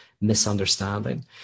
misunderstanding